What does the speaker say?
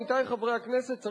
עמיתי חברי הכנסת,